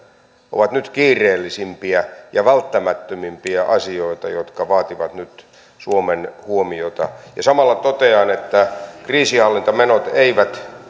ovat nyt kiireellisimpiä ja välttämättömimpiä asioita jotka vaativat nyt suomen huomiota ja samalla totean että kriisinhallintamenot eivät